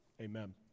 Amen